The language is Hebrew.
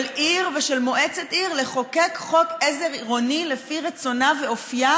עיר ושל מועצת עיר לחוקק חוק עזר עירוני לפי רצונה ואופייה